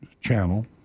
channel